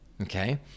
Okay